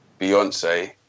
Beyonce